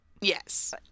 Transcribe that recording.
Yes